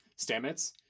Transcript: Stamets